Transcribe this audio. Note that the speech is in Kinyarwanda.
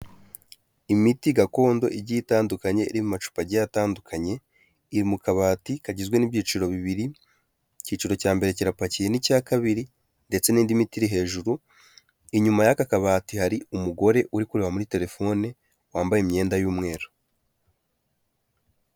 Imiti gakondo igiye itandukanye iri mu macupa agiye atandukanye, iri mu kabati kagizwe n'ibyiciro bibiri, icyiciro cya mbere kirapakiye n'icya kabiri ndetse n'indi miti iri hejuru, inyuma y'aka kabati hari umugore uri kureba muri telefone wambaye imyenda y'umweru.